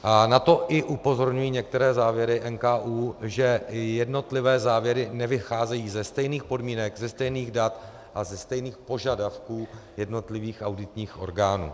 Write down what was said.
Na to i upozorňují některé závěry NKÚ, že i jednotlivé závěry nevycházejí ze stejných podmínek, ze stejných dat a ze stejných požadavků jednotlivých auditních orgánů.